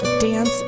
dance